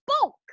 bulk